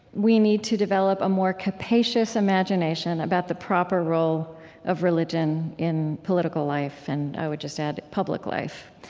we need to develop a more capacious imagination about the proper role of religion in political life, and i would just add, public life.